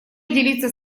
делиться